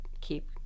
keep